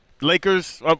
Lakers